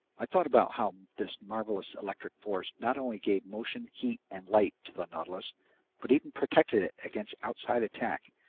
i thought about how this marvelous electric force not only gave motion, heat, and light to the nautilus but even protected it against outside attack,